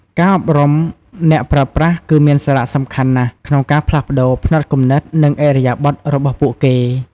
ការអប់រំអ្នកប្រើប្រាស់គឺមានសារៈសំខាន់ណាស់ក្នុងការផ្លាស់ប្តូរផ្នត់គំនិត និងឥរិយាបទរបស់ពួកគេ។